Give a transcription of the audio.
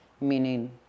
meaning